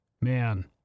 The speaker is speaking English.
Man